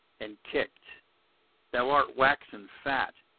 and kicked thou art waxen fat,